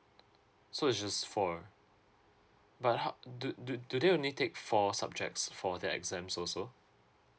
so it's just four but ho~ do do do they only take four subjects for their exams also